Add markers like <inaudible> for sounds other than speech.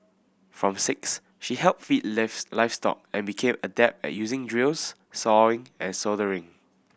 from six she helped feed <unintelligible> livestock and became adept at using drills sawing and soldering